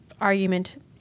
argument